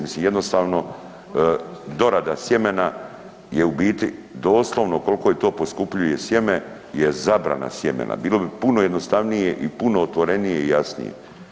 Mislim jednostavno dorada sjemena je u biti doslovno kolko to poskupljuje sjeme je zabrana sjemena, bilo bi puno jednostavnije i puno otvorenije i jasnije.